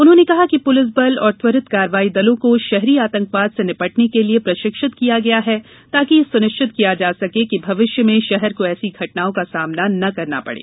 उन्होंने कहा कि पुलिस बल और त्वरित कार्रवाई दलों को शहरी आतंकवाद से निपटने के लिए प्रशिक्षित किया गया है ताकि यह सुनिश्चित किया जा सके कि भविष्य में शहर को ऐसी घटनाओं का सामना नहीं करना पड़े